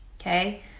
okay